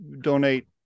donate